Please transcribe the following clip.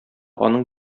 аның